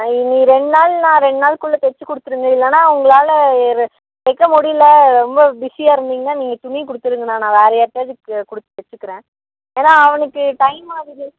நீங்கள் ரெண்டு நாளில் ரெண்டு நாள் குள்ள தைச்சி கொடுத்துருங்க இல்லைன்னா உங்களால் தைக்க முடியல ரொம்ப பிஸியாக இருந்திங்கன்னால் நீங்கள் துணியை கொடுத்துருங்கண்ணா நான் வேற யார்கிட்டையாவது கு கொடுத்து தைச்சிக்கிறேன் ஏன்னா அவனுக்கு டைம் ஆகுது